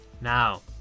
now